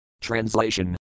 Translation